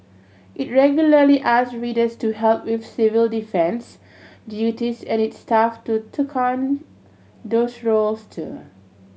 it regularly asked readers to help with civil defence duties and its staff to took on those roles too